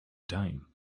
time